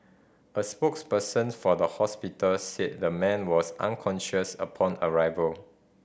a spokesperson for the hospital said the man was unconscious upon arrival